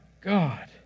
God